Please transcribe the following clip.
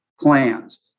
plans